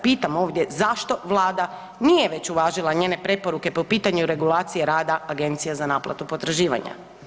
Pitam ovdje, zašto Vlada nije već uvažila njene preporuke po pitanju regulacije rada agencija za naplatu potraživanja?